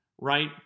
right